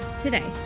today